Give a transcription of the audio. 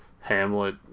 Hamlet